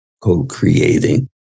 co-creating